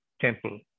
temple